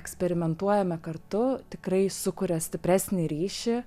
eksperimentuojame kartu tikrai sukuria stipresnį ryšį